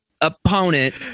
opponent